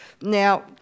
Now